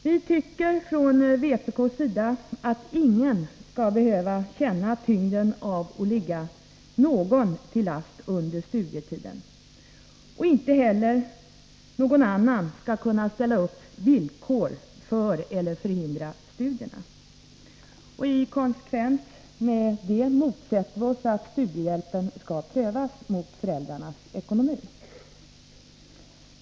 Vpk anser inte att någon skall behöva betungas av att ligga någon till last under studietiden och inte heller att någon annan skall kunna ställa upp villkor för eller förhindra studierna. I konsekvens med detta motsätter vi oss att studiehjälpen skall prövas mot föräldrarnas ekonomi.